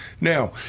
now